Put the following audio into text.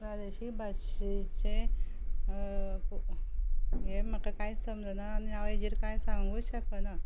प्रादेशीक भाशेचें हें म्हाका कांयच समजना आनी हांव हाजेर कांय सांगुंकूय शकना